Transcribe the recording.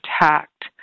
attacked